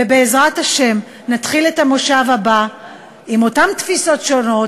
ובעזרת השם נתחיל את המושב הבא עם אותן תפיסות שונות,